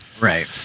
Right